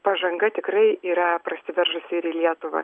pažanga tikrai yra prasiveržusi ir į lietuvą